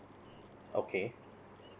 okay